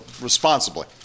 responsibly